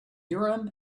urim